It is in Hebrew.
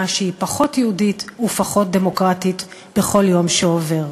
שהיא פחות יהודית ופחות דמוקרטית בכל יום שעובר.